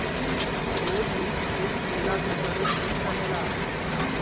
रोज milk shake पियला से शरीर ठीक रहेला